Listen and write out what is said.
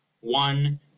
one